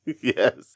Yes